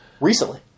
Recently